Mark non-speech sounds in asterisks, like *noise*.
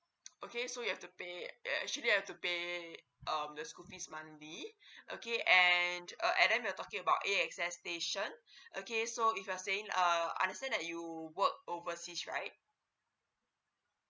okay so have to pay actually you have to pay um the school fee monthly *breath* okay and uh and then we're talking about A_X_S station *breath* okay so if you're saying uh understand that you work overseas right